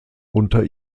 unter